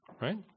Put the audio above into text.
Right